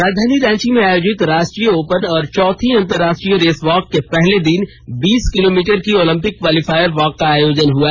राजधानी रांची में आयोजित राष्ट्रीय ओपन और चौथी अंतर्राष्ट्रीय रेस वॉक के पहले दिन बीस किलो मीटर की ओलंपिक क्वालीफायर वॉक का आयोजन हुआ